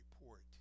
report